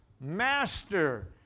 Master